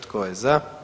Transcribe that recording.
Tko je za?